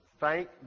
thank